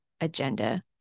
agenda